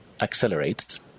accelerates